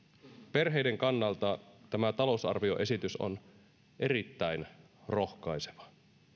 perheiden kannalta tämä talousarvioesitys on erittäin rohkaiseva